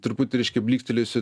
truputį reiškia blykstelėjusių